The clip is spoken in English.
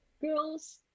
Girls